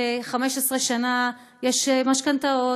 ש-15 שנה יש משכנתאות,